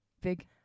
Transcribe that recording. Big